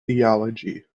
theology